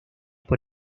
por